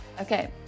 Okay